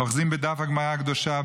אוחזים בדף הגמרא הקדושה,